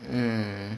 mm